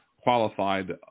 qualified